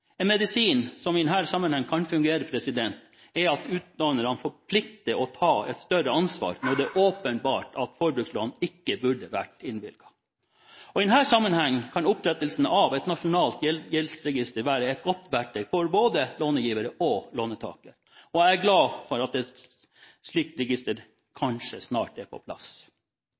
En medisin som i denne sammenhengen kan fungere, er at utlånerne plikter å ta et større ansvar når det er åpenbart at forbrukslån ikke burde vært innvilget. I denne sammenhengen kan opprettelsen av et nasjonalt gjeldsregister være et godt verktøy for både långivere og låntakere. Jeg er glad for at et slikt register kanskje snart er på plass.